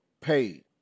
paid